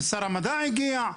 שר המדע הגיע.